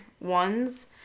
Ones